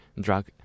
drug